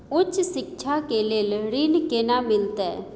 उच्च शिक्षा के लेल ऋण केना मिलते?